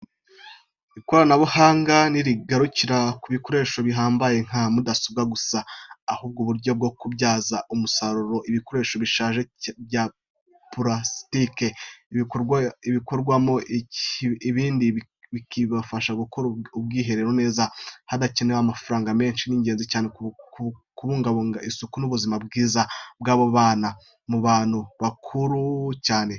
Ikoranabuhanga ntirigarukira ku bikoresho bihambaye nka mudasobwa gusa, ahubwo n'uburyo bwo kubyaza umusaruro ibikoresho bishaje bya purasitiki, bigakorwamo ibindi nk'ibifasha gukora ubwiherero neza, hadakenewe amafaranga menshi, ni ingenzi cyane mu kubungabunga isuku n'ubuzima bwiza bwaba ubw'abana n'ubw'abantu bakuru cyane cyane abashobora kuzahazwa n'indwara nk'abagore batwite, abantu bageze mu zabukuru n'abafite indwara zidakira.